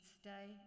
stay